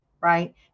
right